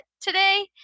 today